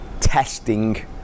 testing